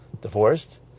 divorced